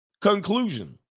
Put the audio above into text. Conclusion